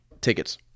tickets